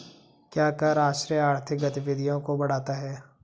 क्या कर आश्रय आर्थिक गतिविधियों को बढ़ाता है?